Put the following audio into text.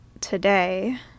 today